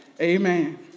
Amen